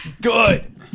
Good